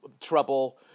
Trouble